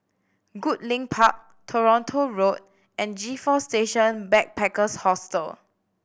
Goodlink Park Toronto Road and G Four Station Backpackers Hostel